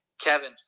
Kevin